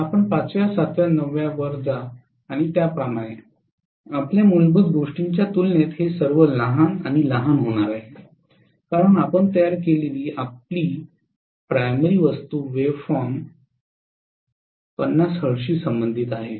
आपण 5 व्या 7 व्या 9 व्या वर जा आणि त्याप्रमाणे आपल्या मूलभूत गोष्टींच्या तुलनेत हे सर्व लहान आणि लहान होणार आहे कारण आपण तयार केलेली आपली प्राथमिक वस्तू वेव्ह फॉर्म 50 हर्ट्जशी संबंधित आहे